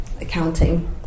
accounting